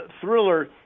thriller